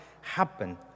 happen